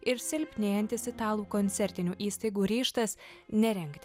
ir silpnėjantis italų koncertinių įstaigų ryžtas nerengti